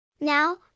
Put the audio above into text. Now